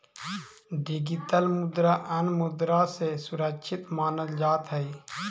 digital मुद्रा अन्य मुद्रा से सुरक्षित मानल जात हई